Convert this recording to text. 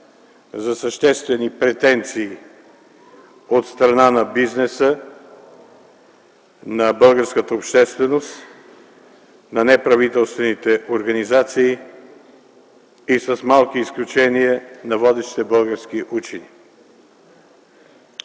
за съществени претенции от страна на бизнеса, на българската общественост, на неправителствените организации, и с малки изключения – на водещите български учени.